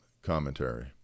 commentary